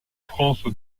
france